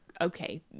okay